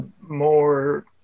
more